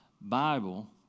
Bible